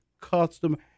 custom